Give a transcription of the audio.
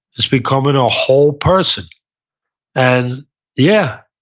it's becoming a whole person and yeah